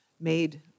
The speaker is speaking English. made